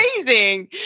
amazing